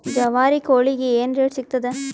ಜವಾರಿ ಕೋಳಿಗಿ ಏನ್ ರೇಟ್ ಸಿಗ್ತದ?